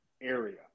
area